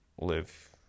live